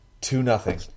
Two-nothing